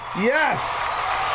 Yes